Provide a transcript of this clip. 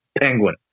Penguin